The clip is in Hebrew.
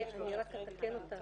אני אתקן אותך.